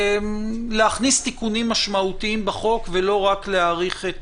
להכניס תיקונים משמעותיים בחוק ולא רק להאריך את